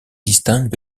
distinguent